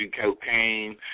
Cocaine